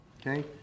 okay